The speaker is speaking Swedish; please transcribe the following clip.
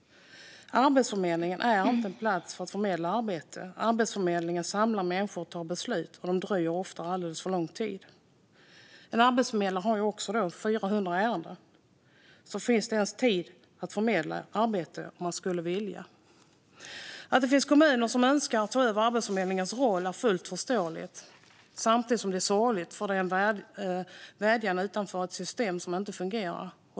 Arbetsförmedlingen är inte en plats för att förmedla arbete. Arbetsförmedlingen samlar människor och tar beslut, som ofta dröjer alldeles för lång tid. En arbetsförmedlare har 400 ärenden. Finns det ens tid att förmedla arbete om man skulle vilja? Att det finns kommuner som önskar ta över Arbetsförmedlingens roll är fullt förståeligt, samtidigt som det är sorgligt. Det är en vädjan utifrån ett system som inte fungerar.